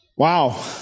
Wow